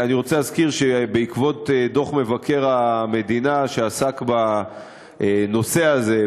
אני רוצה להזכיר שבעקבות דוח מבקר המדינה שעסק בנושא הזה,